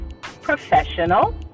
Professional